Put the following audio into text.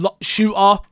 Shooter